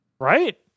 Right